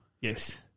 Yes